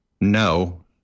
No